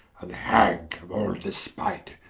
and hag of all despight,